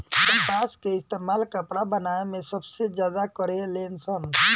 कपास के इस्तेमाल कपड़ा बनावे मे सबसे ज्यादा करे लेन सन